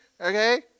okay